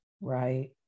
Right